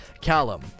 Callum